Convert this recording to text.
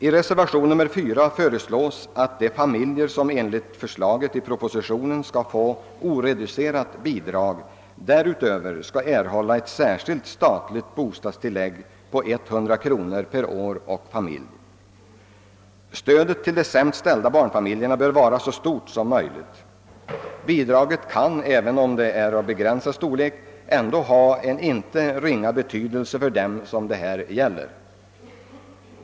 I reservationen 4 föreslås att de familjer som enligt förslaget i propositionen skall få oreducerat bidrag därutöver skall erhålla ett särskilt statligt bostadstillägg på 100 kronor per år och familj. Stödet till de sämst ställda barnfamiljerna bör vara så stort som möjligt, men även ett bidrag av begränsad storlek kan ha inte ringa betydelse för dem det här gäller.